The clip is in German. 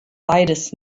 beides